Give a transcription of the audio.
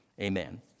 Amen